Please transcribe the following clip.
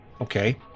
okay